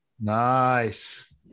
nice